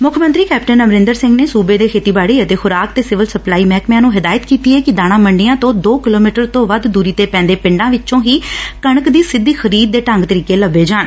ਮੁੱਖ ਮੰਤਰੀ ਕੈਪਟਨ ਅਮਰਿੰਦਰ ਸਿੰਘ ਨੇ ਸੁਬੇ ਦੇ ਖੇਤੀਬਾੜੀ ਅਤੇ ਖੁਰਾਕ ਤੇ ਸਿਵਲ ਸਪਲਾਈ ਮਹਿਕਮਿਆਂ ਨੂੰ ਹਦਾਇਤ ਕੀਤੀ ਏ ਕਿ ਦਾਣਾ ਮੰਡੀਆਂ ਤੋਂ ਦੋ ਕਿਲੋਮੀਟਰ ਤੋਂ ਵੱਧ ਦੁਰੀ ਤੇ ਪੈਾਂਦੇ ਪਿੰਡਾਂ ਵਿਚੋਂ ਹੀ ਕਣਕ ਦੀ ਸਿੱਧੀ ਖਰੀਦ ਦੇ ਢੰਗ ਤਰੀਕੇ ਲੱਭੇ ਜਾਣ